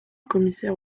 commissaire